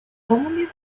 commonly